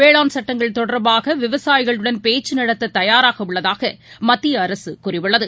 வேளான் சட்டங்கள் தொடர்பாகவிவசாயிகளுடன் பேச்சுநடத்ததயாராகஉள்ளதாகமத்தியஅரசுகூறியுள்ளது